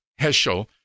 Heschel